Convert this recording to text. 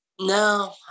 No